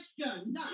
question